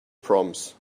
proms